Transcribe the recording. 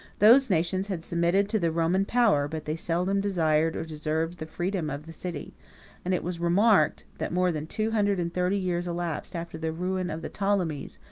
those nations had submitted to the roman power, but they seldom desired or deserved the freedom of the city and it was remarked, that more than two hundred and thirty years elapsed after the ruin of the ptolemies,